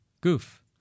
Goof